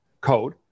code